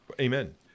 amen